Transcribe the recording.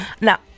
now